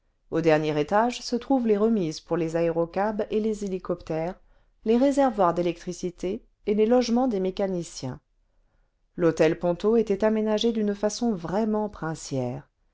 au dernier étage se trouvent les remises pour les aérocabs et les hélicoptères les réservoirs d'électricité et les logements des mécaniciens l'hôtel ponto était aménagé d'une façon vraiment princièreson